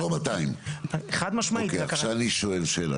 לא משנה, אלה אותם 200. עכשיו אני שואל שאלה